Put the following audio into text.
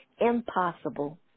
Impossible